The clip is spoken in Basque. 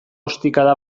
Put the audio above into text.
ostikada